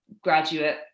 graduate